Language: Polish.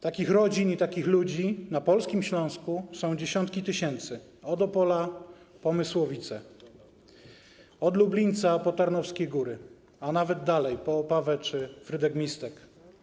Takich rodzin i takich ludzi na polskim Śląsku są dziesiątki tysięcy, od Opola po Mysłowice, od Lublińca po Tarnowskie Góry, a nawet dalej, po Opawę czy Frydek-Mistek.